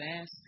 ask